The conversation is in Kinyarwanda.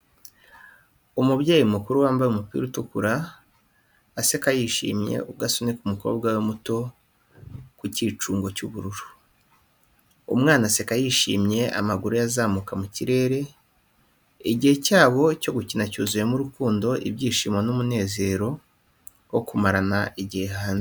Umubyeyi mukuru wambaye umupira utukura, aseka yishimye, ubwo asunika umukobwa we muto ku cyicungo cy’ubururu. Umwana aseka yishimye, amaguru ye azamuka mu kirere. Igihe cyabo cyo gukina cyuzuyemo urukundo, ibyishimo n'umunezero wo kumarana igihe hanze.